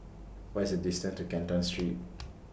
What IS The distance to Canton Street